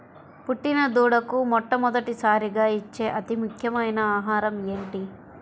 పుట్టిన దూడకు మొట్టమొదటిసారిగా ఇచ్చే అతి ముఖ్యమైన ఆహారము ఏంటి?